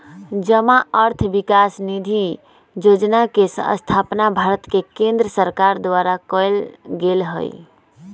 जमा अर्थ विकास निधि जोजना के स्थापना भारत के केंद्र सरकार द्वारा कएल गेल हइ